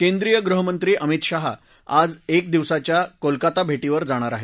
केंद्रीय गृहमंत्री अमित शहा आज एका दिवसाच्या कोलकत्ता भे प्रिर जाणार आहेत